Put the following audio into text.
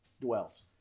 dwells